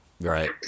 Right